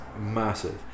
massive